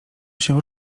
się